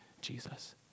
Jesus